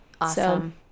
Awesome